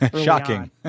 Shocking